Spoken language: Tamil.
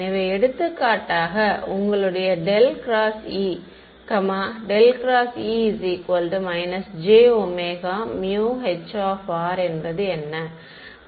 எனவே எடுத்துக்காட்டாக உங்களுடைய ∇× E ∇× E − jωμH என்பது என்ன